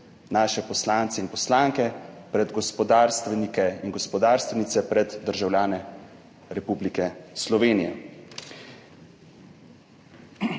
naše poslance in poslanke, pred gospodarstvenike in gospodarstvenice, pred državljane Republike Slovenije.